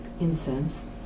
incense